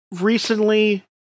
recently